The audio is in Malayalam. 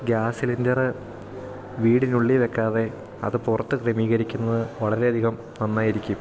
ഗ്യാസ് സിലിണ്ടറ് വീടിനുള്ളിൽ വെക്കാതെ അത് പുറത്ത് ക്രമീകരിക്കുന്നത് വളരെ അധികം നന്നായിരിക്കും